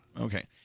Okay